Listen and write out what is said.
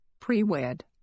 Pre-Wed